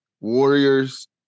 Warriors